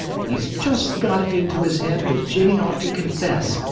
he's just got it into his head that jimmie ought to confess,